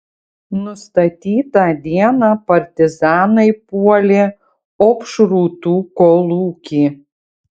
nustatytą dieną partizanai puolė opšrūtų kolūkį